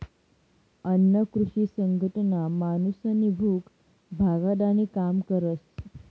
अन्न कृषी संघटना माणूसनी भूक भागाडानी काम करस